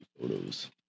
photos